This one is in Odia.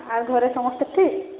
ଆଉ ଘରେ ସମସ୍ତେ ଠିକ୍